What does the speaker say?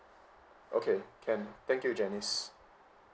okay can thank you janice